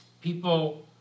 people